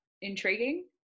intriguing